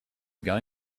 going